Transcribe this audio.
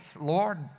Lord